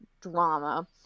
drama